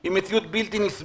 היא מציאות בלתי נסבלת.